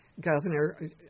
Governor